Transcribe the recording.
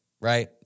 right